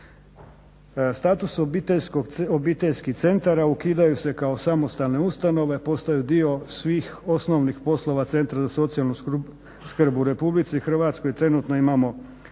Status obiteljskih centara ukidaju se kao samostalne ustanove, postaju dio svih osnovnih poslova centra za socijalnu skrb. U RH trenutno imamo